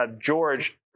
George